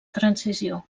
transició